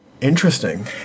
Interesting